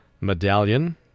medallion